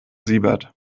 siebert